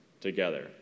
together